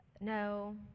no